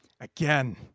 Again